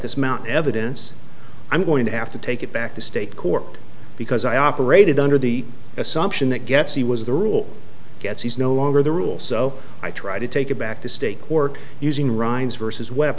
this mount evidence i'm going to have to take it back to state court because i operated under the assumption that gets he was the rule gets he's no longer the rule so i try to take it back to state court using rinds versus we